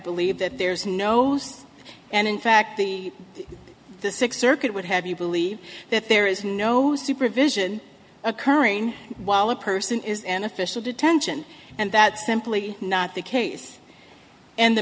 believe that there's no and in fact the the sixth circuit would have you believe that there is no supervision occurring while a person is an official detention and that's simply not the case and the